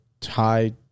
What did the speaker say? tie